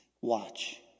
watch